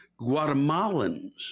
Guatemalans